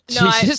No